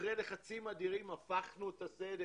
אחרי לחצים אדירים הפכנו את הסדר